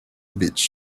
beach